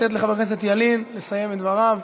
לתת לחבר הכנסת ילין לסיים את דבריו.